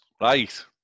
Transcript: Right